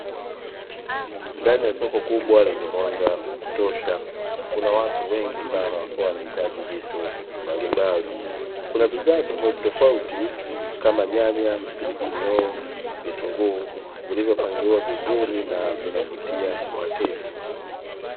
Ndani ya soko kubwa lenye mwanga wa kutosha kuna watu wengi sana wakiwa wanahitaji vitu mbalimbali. Kuna bidhaa tofautitofauti kama: nyanya, pilipili hoho, vitunguu vilivopangiliwa vizuri na vinavutia wateja.